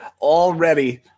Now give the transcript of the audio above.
already